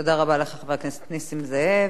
תודה רבה לך, חבר הכנסת נסים זאב.